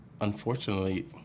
unfortunately